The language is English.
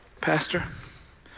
pastor